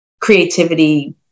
creativity